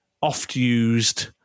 oft-used